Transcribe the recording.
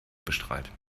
bestrahlt